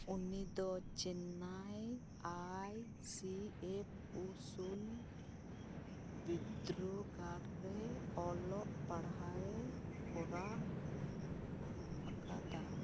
ᱩᱱᱤ ᱫᱚ Chennai I C F ᱩᱱᱩᱥᱩᱞ ᱵᱤᱨᱫᱟᱹᱜᱟᱲᱨᱮ ᱚᱞᱚᱜ ᱯᱟᱲᱦᱟᱣᱮ ᱠᱚᱨᱟᱣ ᱟᱠᱟᱫᱟ